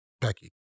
becky